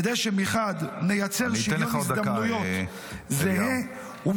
כדי שמחד גיסא נייצר שוויון הזדמנויות זהה -- אני אתן עוד דקה,